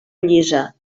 llisa